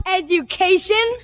education